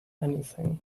anything